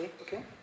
okay